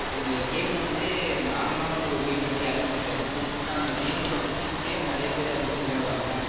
ஒரு கேம் வந்து நார்மலாக வந்து ஒரு கேம் வந்து யாருக்கும் பிடிக்காது பிடிச்சுட்டுனா அந்த கேம்க வச்சுக்கிட்டே நிறையா பேர் அதை வச்சு விளையாடுவாங்கள்